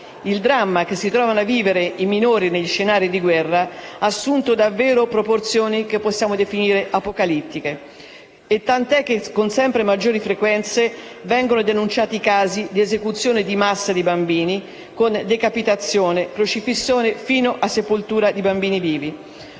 il dramma che si trovano a vivere i minori negli scenari di guerra ha assunto davvero proporzioni che possiamo definire apocalittiche, tant'è che con sempre maggiore frequenza vengono denunciati casi di esecuzione di massa di bambini, con decapitazione, crocifissione, fino a sepoltura di bambini vivi.